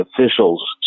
officials